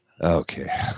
Okay